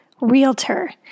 realtor